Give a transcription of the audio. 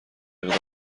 اقدام